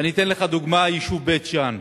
ואני אתן לך דוגמה, היישוב בית-ג'ן.